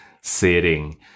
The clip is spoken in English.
sitting